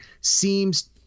seems